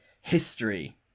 history